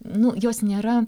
nu jos nėra